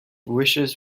wishes